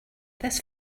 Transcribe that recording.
this